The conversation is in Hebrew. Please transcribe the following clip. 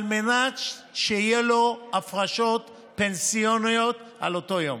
על מנת שיהיו לו הפרשות פנסיוניות על אותו יום.